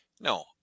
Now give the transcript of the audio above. No